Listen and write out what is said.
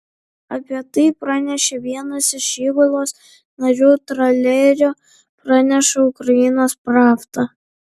apie tai pranešė vienas iš įgulos narių tralerio praneša ukrainos pravda